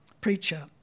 preacher